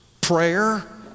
prayer